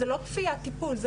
זאת לא כפיית טיפול,